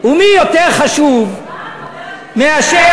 ומי יותר חשוב מאשר,